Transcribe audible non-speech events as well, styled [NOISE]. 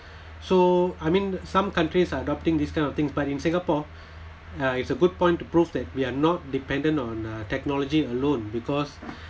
[BREATH] so I mean some countries are adopting this kind of things but in singapore [BREATH] uh it's a good point to prove that we are not dependent on uh technology alone because [BREATH]